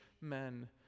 men